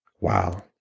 Wow